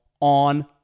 on